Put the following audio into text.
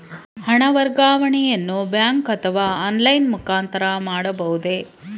ಹಣ ವರ್ಗಾವಣೆಯನ್ನು ಬ್ಯಾಂಕ್ ಅಥವಾ ಆನ್ಲೈನ್ ಮುಖಾಂತರ ಮಾಡಬಹುದೇ?